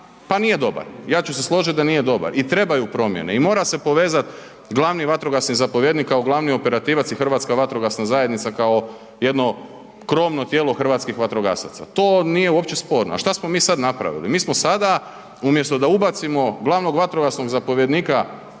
pa nije dobar, ja ću se složit da nije dobar i trebaju promjene i mora se povezat glavni vatrogasni zapovjednik kao glavni operativac i Hrvatska vatrogasna zajednica kao jedno krovno tijelo hrvatskih vatrogasaca, to nije uopće sporno, a šta smo mi sad napravili? Mi smo sada umjesto da ubacimo glavnog vatrogasnog zapovjednika